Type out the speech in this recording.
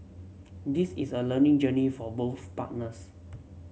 this is a learning journey for both partners